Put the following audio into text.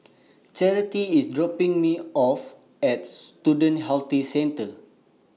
Charity IS dropping Me off At Student Health Centre